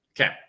okay